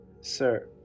Sir